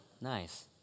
Nice